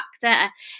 factor